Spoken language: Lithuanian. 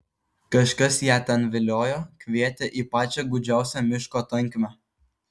kažkas ją ten viliojo kvietė į pačią gūdžiausią miško tankmę